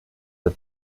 the